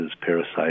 parasites